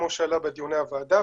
כמו שעלה בדיוני הוועדה,